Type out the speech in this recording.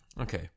Okay